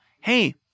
hey